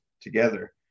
together